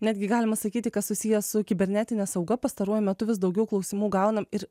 netgi galima sakyti kas susiję su kibernetine sauga pastaruoju metu vis daugiau klausimų gaunam ir